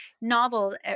novel